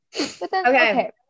okay